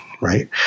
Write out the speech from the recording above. Right